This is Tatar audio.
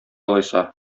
алайса